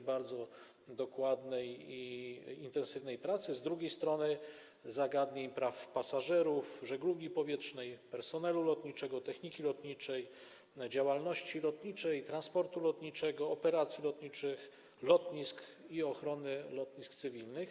bardzo dokładnej i intensywnej pracy, z drugiej strony zagadnień praw pasażerów, żeglugi powietrznej, personelu lotniczego, techniki lotniczej, działalności lotniczej, transportu lotniczego, operacji lotniczych, lotnisk i ochrony lotnictwa cywilnego.